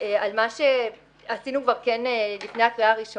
חשוב לי להגיד כמה דברים על מה שעשינו לפני הקריאה הראשונה.